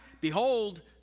Behold